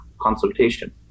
consultation